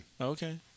Okay